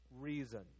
Reason